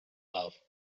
love